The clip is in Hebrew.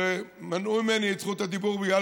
שבו מנעו ממני את זכות הדיבור בגלל